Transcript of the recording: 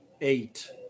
eight